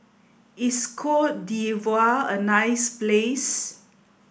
is Cote d'Ivoire a nice place